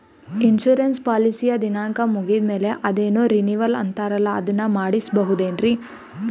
Insurance ಪಾಲಿಸಿಯ ದಿನಾಂಕ ಮುಗಿದ ಮೇಲೆ ಅದೇನೋ ರಿನೀವಲ್ ಅಂತಾರಲ್ಲ ಅದನ್ನು ಮಾಡಿಸಬಹುದೇನ್ರಿ?